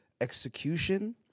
execution